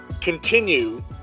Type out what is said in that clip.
continue